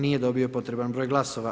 Nije dobio potreban broj glasova.